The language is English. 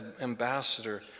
ambassador